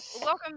welcome